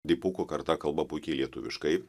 dipukų karta kalba puikiai lietuviškai